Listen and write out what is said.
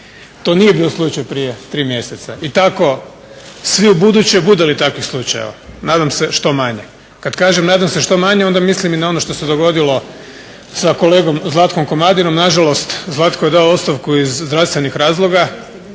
To nije bio slučaj prije tri mjeseca. I tako svi ubuduće bude li takvih slučajeva. Nadam se što manje. Kada kažem nadam se što manje onda mislim i na ono što se dogodilo sa kolegom Zlatkom Komadinom. Nažalost Zlatko je dao ostavku iz zdravstvenih razloga